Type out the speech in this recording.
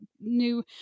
new